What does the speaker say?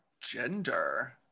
gender